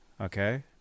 okay